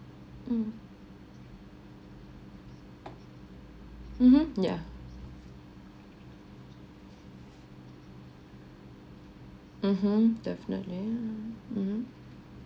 mm mmhmm yeah mmhmm definitely mm